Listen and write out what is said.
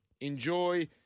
Enjoy